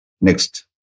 Next